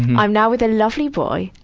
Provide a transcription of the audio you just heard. i'm now with a lovely boy,